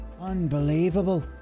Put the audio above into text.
Unbelievable